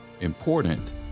important